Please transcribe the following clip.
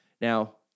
Now